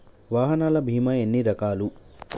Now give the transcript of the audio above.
వాహనాల బీమా ఎన్ని రకాలు?